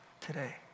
today